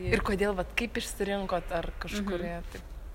ir kodėl vat kaip išsirinkot ar kažkur ėjot taip